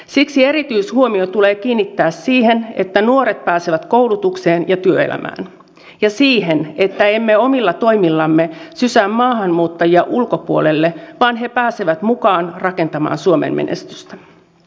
siksi erityishuomio tulee kiinnittää siihen että nuoret pääsevät koulutukseen ja työelämään ja siihen että emme omilla toimillamme sysää maahanmuuttajia ulkopuolelle vaan he pääsevät mukaan rakentamaan suomen menestystä